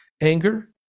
anger